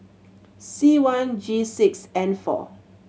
C one G six N four